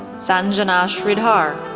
sanjana sridhar,